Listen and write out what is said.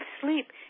sleep